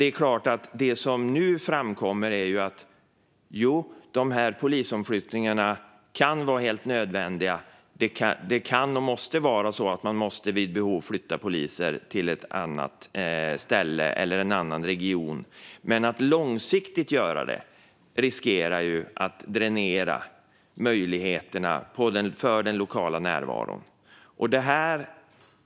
Det som nu framkommer är att polisomflyttningarna kan vara helt nödvändiga. Det kan och måste vara så att man vid behov ska kunna flytta poliser till ett annat ställe eller en annan region. Men att långsiktigt göra det riskerar att dränera möjligheterna till lokal närvaro.